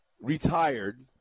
retired